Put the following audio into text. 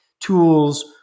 tools